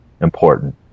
important